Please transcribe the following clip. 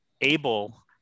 able